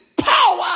power